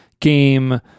game